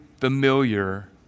familiar